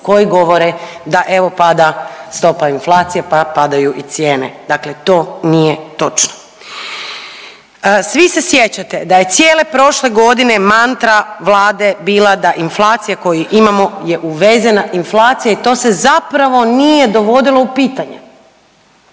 koji govore da evo pada stopa inflacije, pa padaju i cijene. Dakle, to nije točno. Svi se sjećate da je cijele prošle godine mantra Vlade bila da inflacija koju imamo je uvezena inflacija i to se zapravo nije dovodilo u pitanje.